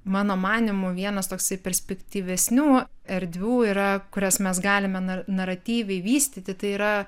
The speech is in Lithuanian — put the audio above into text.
mano manymu vienas toksai perspektyvesnių erdvių yra kurias mes galime na naratyvai vystyti tai yra